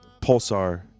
Pulsar